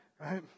right